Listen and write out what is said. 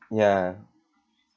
ya